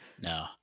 No